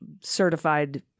certified